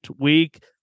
week